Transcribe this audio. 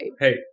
Hey